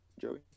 Joey